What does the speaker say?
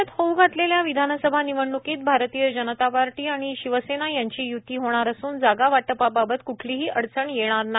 राज्यात होऊ घातलेल्या विधानसभा निवडण्कीत भारतीय जनता पार्टी आणि शिवसेना यांची य्ती होणार असून जागा वाटपाबाबत क्ठलीही अडचण येणार नाही